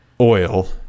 oil